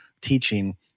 teaching